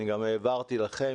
אני גם העברתי לכם,